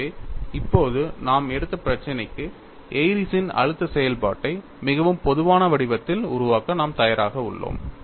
எனவே இப்போது நாம் எடுத்த பிரச்சினைக்கு ஏரிஸ்ன் Airy's அழுத்த செயல்பாட்டை மிகவும் பொதுவான வடிவத்தில் உருவாக்க நாம் தயாராக உள்ளோம்